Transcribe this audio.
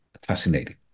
fascinating